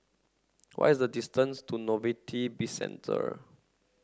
why is the distance to Novelty Bizcentre